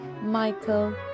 Michael